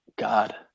God